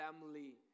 family